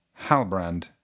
Halbrand